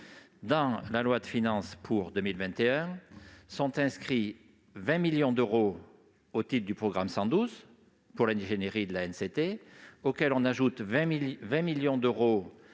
de loi de finances pour 2021 sont inscrits 20 millions d'euros au programme 112 pour l'ingénierie de l'ANCT, auxquels s'ajoutent 20 millions d'euros